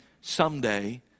someday